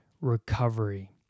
recovery